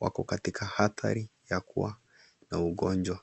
wako katika hatari ya kuwa na ugonjwa.